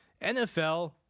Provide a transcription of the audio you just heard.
NFL